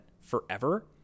forever